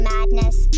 Madness